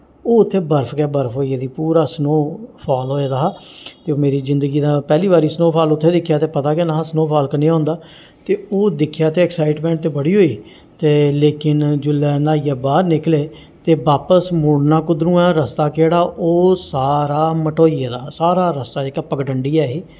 ओह् उत्थें बर्फ गै बर्फ होई गेदी पूरा स्नोफॉल होए दा हा ते ओह् मेरी जिंदगी दा पैह्ली बारी स्नोफॉल उत्थें दिक्खेआ ते पता गै निहां कि स्नोफॉल कनेहां होंदा ते ओह् दिक्खेआ ते एक्साइटमेंट ते बड़ी होई ते लेकिन जुल्लै न्हाइयै बाहर निकले ते बापस मुड़ना कुद्धरों ऐ रस्ता केह्ड़ा ओह् सारा मटोई गेदा हा सारा रास्ता जेह्का पगडंडी ऐही